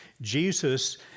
Jesus